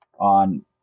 on